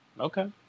Okay